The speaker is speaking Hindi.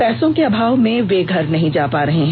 पैसों के अभाव में वे घर नहीं जा पा रहे हैं